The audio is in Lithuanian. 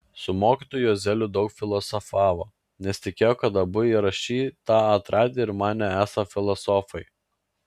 su mokytoju juozeliu daug filosofavo nes tikėjo kad abu yra šį tą atradę ir manė esą filosofai